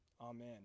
Amen